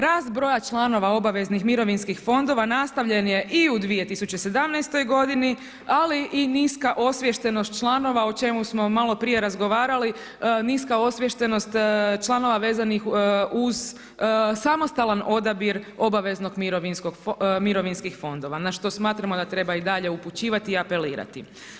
Rast broja članova obaveznih mirovinskih fondova nastavljen je i u 2017. godini, ali i niska osviještenost članova, o čemu smo maloprije razgovarali, niska osviještenost članova vezanih uz samostalan odabir obaveznih mirovinskih fondova na što smatramo da treba i dalje upućivati i apelirati.